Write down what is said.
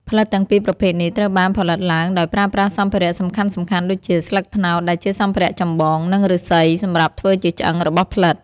ផ្លិតទាំងពីរប្រភេទនេះត្រូវបានផលិតឡើងដោយប្រើប្រាស់សម្ភារៈសំខាន់ៗដូចជា ស្លឹកត្នោត ដែលជាសម្ភារៈចម្បង និង ឫស្សី សម្រាប់ធ្វើជាឆ្អឹងរបស់ផ្លិត។